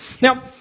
Now